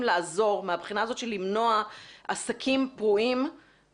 לעזור מהבחינה הזאת של למנוע עסקים פרועים,